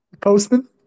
Postman